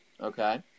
Okay